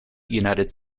united